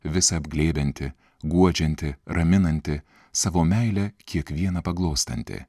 visa apglėbianti guodžianti raminanti savo meile kiekvieną paglostanti